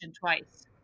twice